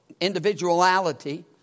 individuality